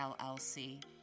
LLC